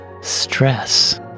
stress